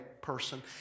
person